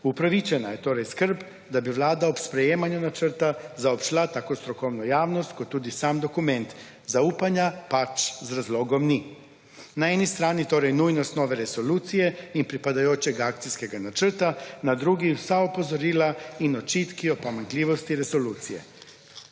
Upravičena je torej skrb, da bi Vlada ob sprejemanju načrta zaobšla tako strokovno javnost, kot tudi sam dokument. Zaupanja pač z razlogom ni. Na eni strani torej nujnost nove resolucije in pripadajočega akcijskega načrta, na drugi vsa opozorila in očitki o pomanjkljivosti resolucije.